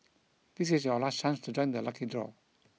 this is your last chance to join the lucky draw